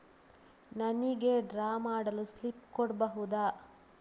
ನನಿಗೆ ಡ್ರಾ ಮಾಡಲು ಸ್ಲಿಪ್ ಕೊಡ್ಬಹುದಾ?